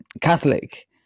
catholic